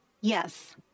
yes